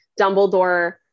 Dumbledore